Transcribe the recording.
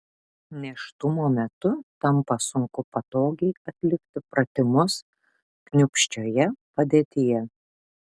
nėštumo metu tampa sunku patogiai atlikti pratimus kniūpsčioje padėtyje